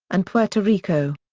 and puerto rico.